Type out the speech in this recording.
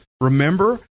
remember